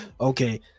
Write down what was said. okay